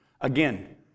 Again